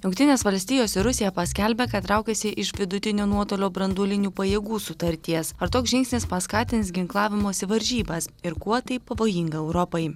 jungtinės valstijos ir rusija paskelbė kad traukiasi iš vidutinio nuotolio branduolinių pajėgų sutarties ar toks žingsnis paskatins ginklavimosi varžybas ir kuo tai pavojinga europai